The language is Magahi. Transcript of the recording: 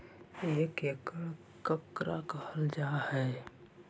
एक एकड़ केकरा कहल जा हइ?